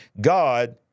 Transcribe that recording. God